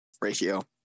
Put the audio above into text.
Ratio